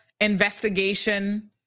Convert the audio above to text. investigation